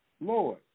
Lord